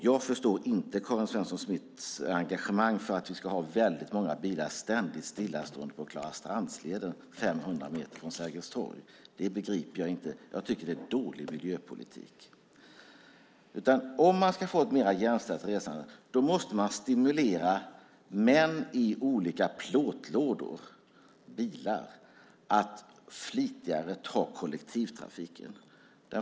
Jag förstår inte Karin Svensson Smiths engagemang för att vi ska ha väldigt många bilar ständigt stillastående på Klarastrandsleden 500 meter från Sergels torg. Jag begriper det inte; det är dålig miljöpolitik. Ska man få ett mer jämställt resande måste man stimulera män i olika plåtlådor, bilar, att flitigare nyttja kollektivtrafiken.